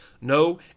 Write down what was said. No